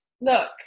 Look